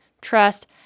trust